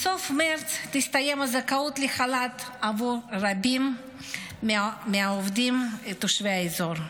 בסוף מרץ תסתיים הזכאות לחל"ת עבור רבים מהעובדים תושבי האזור.